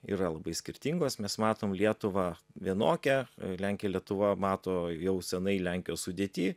yra labai skirtingos mes matom lietuvą vienokią lenkija lietuva mato jau senai lenkijos sudėty